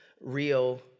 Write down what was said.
real